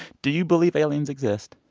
do you believe aliens exist?